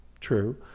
true